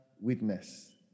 witness